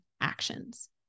actions